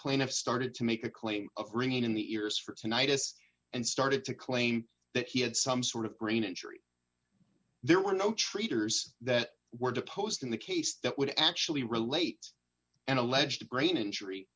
plaintiff started to make a claim of ringing in the ears for tonight s and started to claim that he had some sort of brain injury there were no traitors that were deposed in the case that would actually relate an alleged brain injury